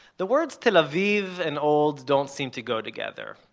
the words tel aviv and old don't seem to go together.